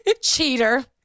Cheater